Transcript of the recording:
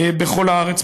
בכל הארץ,